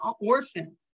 orphan